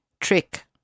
trick